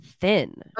thin